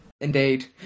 indeed